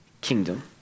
kingdom